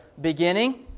beginning